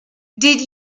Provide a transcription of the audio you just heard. did